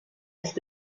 ist